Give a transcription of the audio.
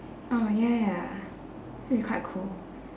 oh ya ya that'll be quite cool